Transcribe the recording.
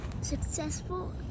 successful